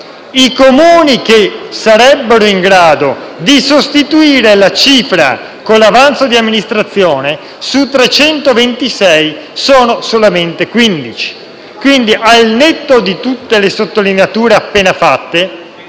i Comuni che sarebbero in grado di sostituire la cifra con l'avanzo di amministrazione, su 326, sono solamente 15. Quindi, al netto di tutte le sottolineature appena fatte,